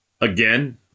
again